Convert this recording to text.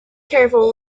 careful